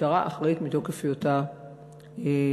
המשטרה אחראית מתוקף היותה הריבון.